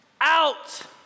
out